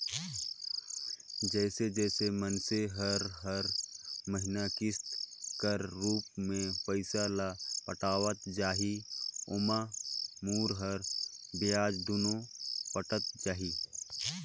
जइसे जइसे मइनसे हर हर महिना किस्त कर रूप में पइसा ल पटावत जाही ओाम मूर अउ बियाज दुनो पटत जाही